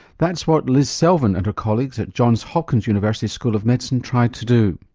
that's what liz selvin and her colleagues at johns hopkins university school of medicine tried to do.